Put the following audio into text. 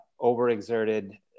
overexerted